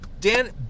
Dan